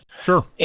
Sure